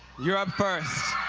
you are up first.